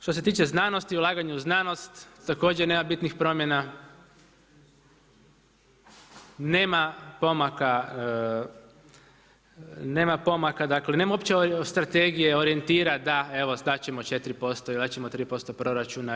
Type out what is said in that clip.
Što se tiče znanosti, ulaganja u znanost također nema bitnih promjena, nema pomaka, dakle nema uopće strategije, orijentira da, evo dat ćemo 4% ili dat ćemo 3% proračuna.